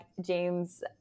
James